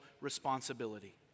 responsibility